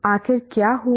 आखिर क्या हुआ